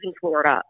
Florida